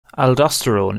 aldosterone